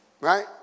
Right